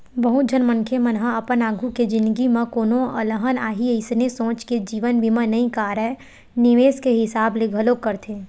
बहुत झन मनखे मन ह अपन आघु के जिनगी म कोनो अलहन आही अइसने सोच के जीवन बीमा नइ कारय निवेस के हिसाब ले घलोक करथे